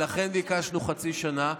לכן ביקשנו חצי שנה.